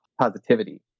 positivity